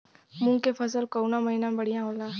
मुँग के फसल कउना महिना में बढ़ियां होला?